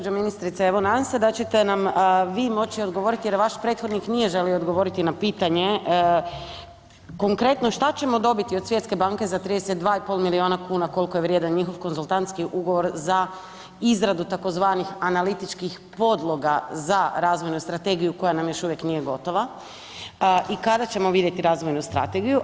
Gđo. ministrice, evo nadam se da ćete nam vi moći odgovoriti jer vaš prethodnik nije želio odgovoriti na pitanje konkretno šta ćemo dobiti od Svjetske banke za 32,5 milijuna kuna kolko je vrijedan njihov Konzultantski ugovor za izradu tzv. analitičkih podloga za razvojnu strategiju koja nam još uvijek nije gotova i kada ćemo vidjeti razvojnu strategiju?